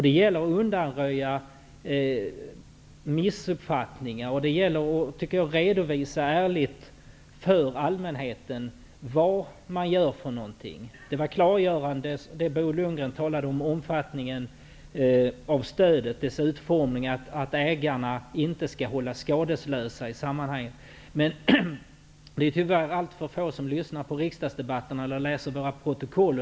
Det gäller att undanröja missuppfattningar och att redovisa ärligt för allmänheten vad man gör. Bo Lundgren talade om omfattningen av stödet och dess utformning, och att ägarna inte skall hållas skadeslösa, och det var klargörande. Men det är tyvärr alltför få som lyssnar på riksdagsdebatterna eller läser våra protokoll.